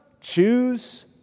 choose